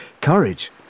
courage